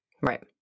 right